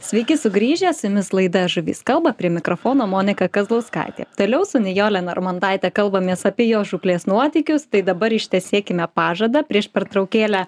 sveiki sugrįžę su jumis laida žuvys kalba prie mikrofono monika kazlauskaitė toliau su nijole narmontaite kalbamės apie jos žūklės nuotykius tai dabar ištesėkime pažadą prieš pertraukėlę